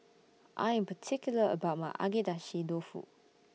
I Am particular about My Agedashi Dofu